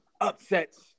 upsets